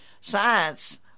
science